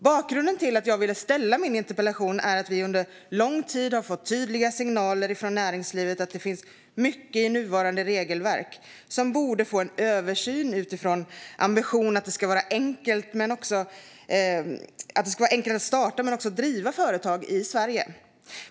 Bakgrunden till att jag ville ställa min interpellation är att vi under lång tid har fått tydliga signaler från näringslivet om att det finns mycket i nuvarande regelverk som borde få en översyn utifrån ambitionen att det ska vara enkelt att starta men också driva företag i Sverige.